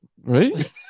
right